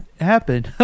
happen